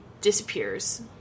disappears